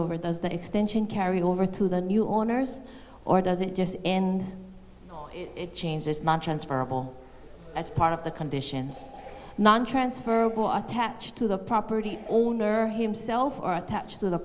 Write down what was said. over those that extension carry over to the new owners or doesn't just end it changes nontransferable as part of the condition nontransferable attached to the property owner himself or attached to the